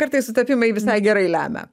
kartais sutapimai visai gerai lemia